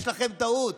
יש לכם טעות.